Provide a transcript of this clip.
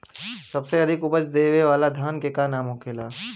सबसे अधिक उपज देवे वाला धान के का नाम होखे ला?